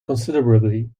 considerably